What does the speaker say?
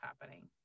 happening